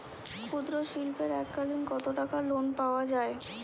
ক্ষুদ্রশিল্পের এককালিন কতটাকা লোন পাওয়া য়ায়?